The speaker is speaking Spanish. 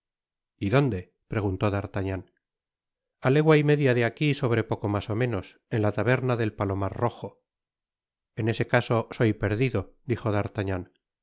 y dónde preguntó d'artagnan a legua y media de aquí sobre poco mas ó menos en la taberna del palomar rojo en ese caso soy perdido dijo